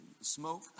smoke